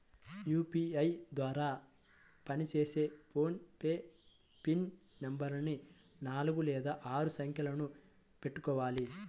UPI ద్వారా పనిచేసే PhonePe pin నెంబరుని నాలుగు లేదా ఆరు సంఖ్యలను పెట్టుకోవాలి